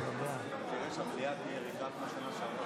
תהיה אלקטרונית.